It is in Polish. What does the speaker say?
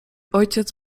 ojciec